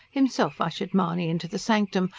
himself ushered mahony into the sanctum,